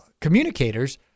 communicators